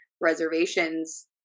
reservations